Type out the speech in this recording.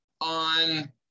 on